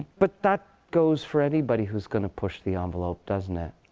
but that goes for anybody who's going to push the envelope, doesn't it?